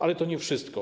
Ale to nie wszystko.